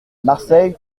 marseille